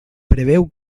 preveu